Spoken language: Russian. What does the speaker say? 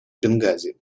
бенгази